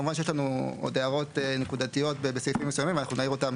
כמובן שיש לנו עוד הערות נקודתיות בסעיפים מסוימים ואנחנו נעיר אותן.